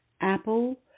Apple